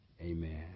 Amen